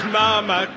mama